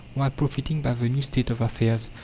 while profiting by the new state of affairs,